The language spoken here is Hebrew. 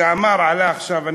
שאמר כשעלה עכשיו,